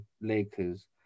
Lakers